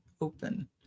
open